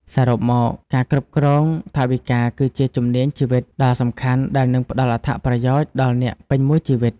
សរុបមក ការគ្រប់គ្រងថវិកាគឺជាជំនាញជីវិតដ៏សំខាន់ដែលនឹងផ្តល់អត្ថប្រយោជន៍ដល់អ្នកពេញមួយជីវិត។